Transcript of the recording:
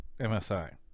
msi